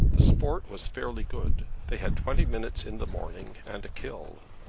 the sport was fairly good. they had twenty minutes in the morning and a kill.